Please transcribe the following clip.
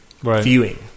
viewing